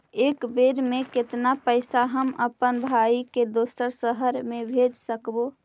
एक बेर मे कतना पैसा हम अपन भाइ के दोसर शहर मे भेज सकबै?